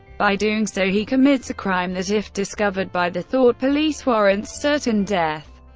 by doing so, he commits a crime that, if discovered by the thought police, warrants certain death,